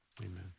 Amen